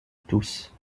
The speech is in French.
tous